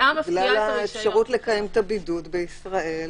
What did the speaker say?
בגלל האפשרות לקיים את הבידוד בישראל,